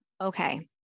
Okay